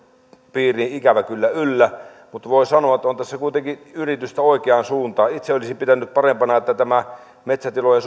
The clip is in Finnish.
piiriin ikävä kyllä yllä mutta voi sanoa että on tässä kuitenkin yritystä oikeaan suuntaan itse olisin pitänyt parempana että tämä metsätilojen